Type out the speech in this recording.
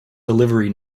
delivery